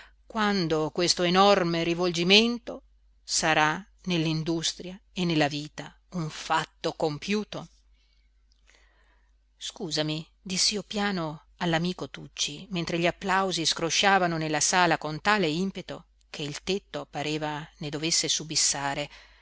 quando questo enorme rivolgimento sarà nell'industria e nella vita un fatto compiuto scusami diss'io piano all'amico tucci mentre gli applausi scrosciavano nella sala con tale impeto che il tetto pareva ne dovesse subissare